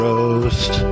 Roast